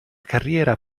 carriera